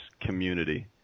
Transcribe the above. community